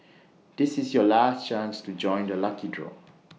this is your last chance to join the lucky draw